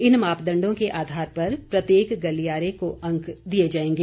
इन मापदंडों के आधार पर प्रत्येक गलियारे को अंक दिए जाएंगे